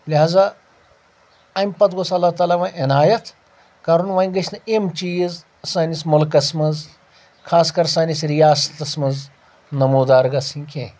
لِہٰذا امہِ پتہٕ گوٚژھ اللہ تعالیٰ وۄنۍ عنایت کَرُن وۄنۍ گژھِ نہٕ یِم چیٖز سٲنِس مُلکس منٛز خاص کر سٲنِس ریاستس منٛز نموٗدار گژھٕنۍ کینٛہہ